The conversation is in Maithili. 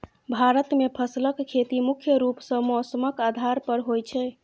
भारत मे फसलक खेती मुख्य रूप सँ मौसमक आधार पर होइ छै